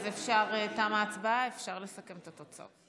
תמה ההצבעה, אפשר לסכם את התוצאות.